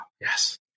Yes